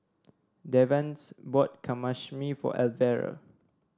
Davante's bought Kamameshi for Elvera